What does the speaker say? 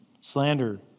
slander